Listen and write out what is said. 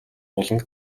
буланг